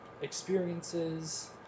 experiences